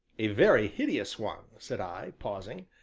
a very hideous one! said i, pausing,